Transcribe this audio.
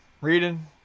reading